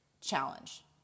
challenge